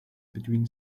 between